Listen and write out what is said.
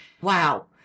Wow